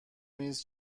نیز